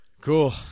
Cool